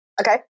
okay